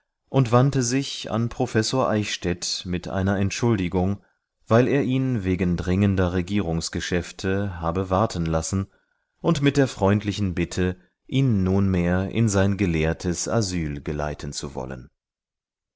und wandte sich an professor eichstädt mit einer entschuldigung weil er ihn wegen dringender regierungsgeschäfte habe warten lassen und mit der freundlichen bitte ihn nunmehr in sein gelehrtes asyl geleiten zu wollen